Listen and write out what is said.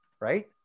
right